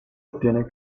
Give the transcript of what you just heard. obtiene